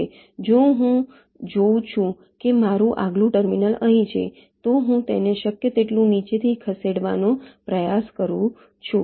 જો હું જોઉં કે મારું આગલું ટર્મિનલ અહીં છે તો હું તેને શક્ય તેટલું નીચેથી નીચે ખસેડવાનો પ્રયાસ કરું છું